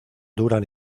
duran